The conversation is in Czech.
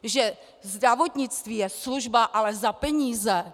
Že zdravotnictví je služba, ale za peníze!